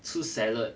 吃 salad